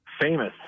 Famous